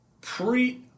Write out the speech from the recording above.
pre